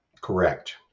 Correct